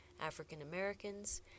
African-Americans